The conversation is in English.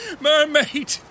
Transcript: Mermaid